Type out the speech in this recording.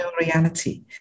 reality